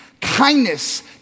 kindness